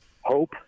hope